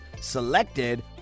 selected